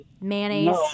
Mayonnaise